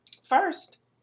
first